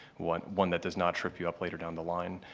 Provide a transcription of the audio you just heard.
one one that does not trip you up later down the line.